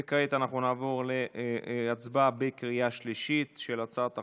וכעת אנחנו נעבור להצבעה בקריאה שלישית על הצעת החוק.